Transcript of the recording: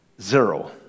zero